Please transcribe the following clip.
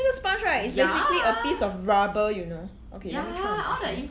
那个 sponge right it's basically a piece of rubber you know okay let me try on my